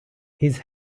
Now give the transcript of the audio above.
his